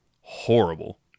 horrible